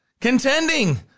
contending